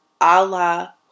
Allah